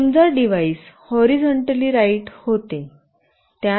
समजा device horizontally right होते